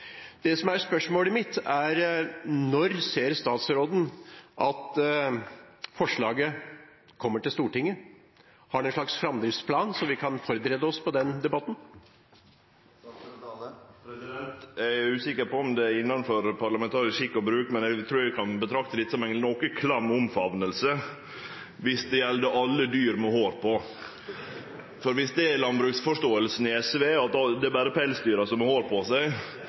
Det som er spørsmålet mitt, er: Når ser statsråden at forslaget kommer til Stortinget? Har man en slags framdriftsplan, så vi kan forberede oss på den debatten? Eg er usikker på om det er innanfor parlamentarisk skikk og bruk, men eg trur eg kan betrakte dette som ei noka klam omfamning dersom det gjeld alle dyr med hår på. Dersom det er landbruksforståinga i SV, at det berre er pelsdyra som har hår på seg,